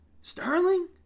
Sterling